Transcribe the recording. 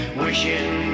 wishing